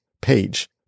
page